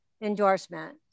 endorsement